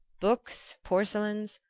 books, porcelains,